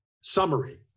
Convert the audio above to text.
summary